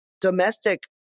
domestic